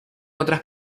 otras